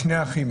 שני אחים.